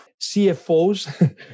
CFOs